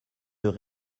deux